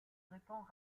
répand